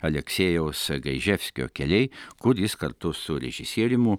aleksėjaus gaiževskio keliai kur jis kartu su režisierimu